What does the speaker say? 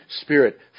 spirit